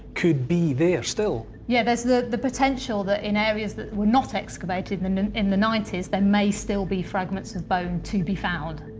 could be there still? yeah, there's the the potential that in areas that were not excavated in and in the ninety s, there may still be fragments of bone to be found.